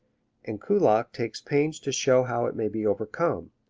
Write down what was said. and kullak takes pains to show how it may be overcome.